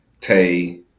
Tay